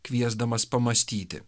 kviesdamas pamąstyti